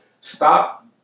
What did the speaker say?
stop